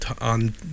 on